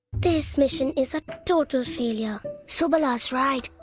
this mission is a total failure! subala's right,